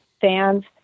fans